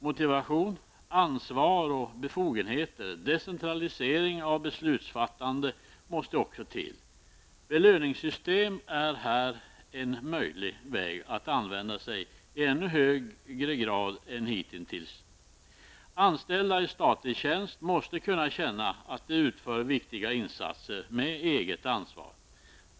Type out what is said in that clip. Motivation, ansvar och befogenheter samt decentralisering av beslutsfattandet måste också till. Belöningssystem är här en möjlig väg att använda sig av i än högre grad än hittills. Anställda i statlig tjänst måste kunna känna att de utför viktiga insatser med eget ansvar.